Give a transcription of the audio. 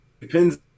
depends